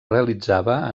realitzava